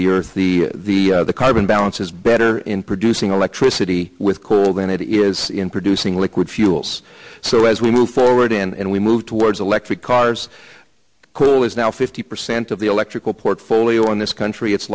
the earth the carbon balance is better in producing electricity with coral than it is in producing liquid fuels so as we move forward and we move towards electric cars now fifty percent of the electrical portfolio in this country it's